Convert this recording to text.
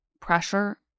pressure